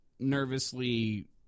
nervously